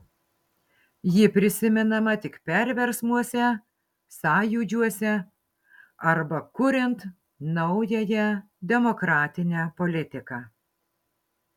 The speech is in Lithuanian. ji prisimenama tik perversmuose sąjūdžiuose arba kuriant naująją demokratinę politiką